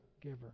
giver